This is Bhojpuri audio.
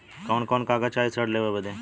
कवन कवन कागज चाही ऋण लेवे बदे?